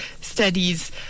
studies